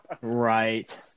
Right